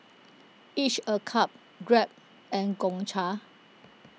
Each A Cup Grab and Gongcha